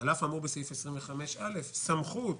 "על אף האמור בסעיף 25(א), סמכות